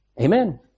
Amen